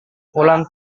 pulang